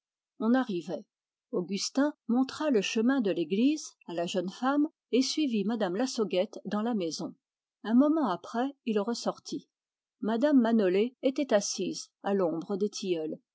on arrivait augustin montra le chemin de l'église à la jeune femme et suivit mme lassauguette dans la maison un moment après il ressortit mme manolé était assise à l'ombre des tilleuls